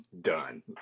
done